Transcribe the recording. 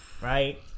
right